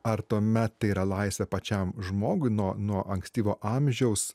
ar tuomet yra laisvė pačiam žmogui nuo nuo ankstyvo amžiaus